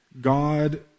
God